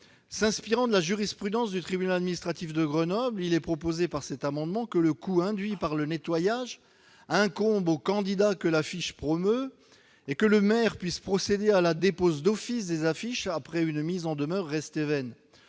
s'inspirant de la jurisprudence du tribunal administratif de Grenoble, il est proposé, par cet amendement, que le coût induit par le nettoyage incombe au candidat que l'affiche promeut et que le maire puisse procéder à la dépose d'office des affiches après une mise en demeure restée vaine.